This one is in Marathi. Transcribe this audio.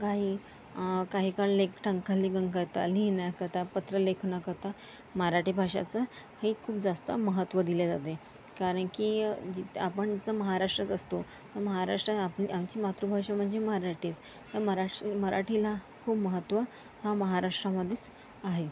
काही काही काळ लेख टंकलेखनाकरता लिहिण्याकरता पत्रलेखनाकरता मराठी भाषाचा हे खूप जास्त महत्त्व दिले जाते कारण की जिथं आपण जसं महाराष्ट्रात असतो महाराष्ट्र आपण आमची मातृभाषा म्हणजे मराठी तर महाराष्ट्र मराठीला खूप महत्त्व हा महाराष्ट्रामध्येच आहे